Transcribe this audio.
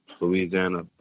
Louisiana